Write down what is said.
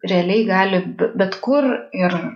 realiai gali bet kur ir